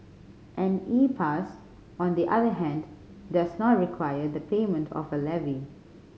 an E Pass on the other hand does not require the payment of a levy